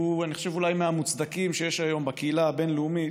שהוא אני חושב אולי מהמוצדקים שיש היום בקהילה הבין-לאומית,